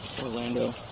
Orlando